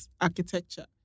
Architecture